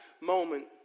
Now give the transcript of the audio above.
moment